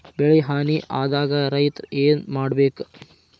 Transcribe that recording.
ಬೆಳಿ ಹಾನಿ ಆದಾಗ ರೈತ್ರ ಏನ್ ಮಾಡ್ಬೇಕ್?